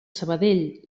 sabadell